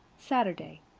saturday.